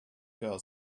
girl